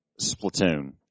Splatoon